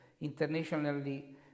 internationally